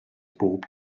bob